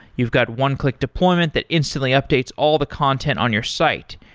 you've got one-click deployments that instantly updates all the content on your site.